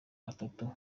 batatu